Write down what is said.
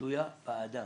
תלויה באדם.